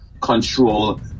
control